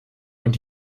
und